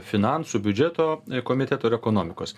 finansų biudžeto komiteto ir ekonomikos